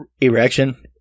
erection